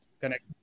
connect